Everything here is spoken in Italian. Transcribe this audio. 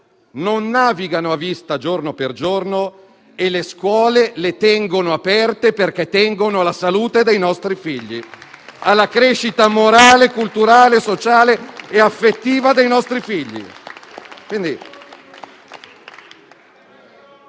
non navigano a vista giorno per giorno e le scuole le tengono aperte, perché tengono alla salute e alla crescita morale, culturale, sociale e affettiva dei loro figli.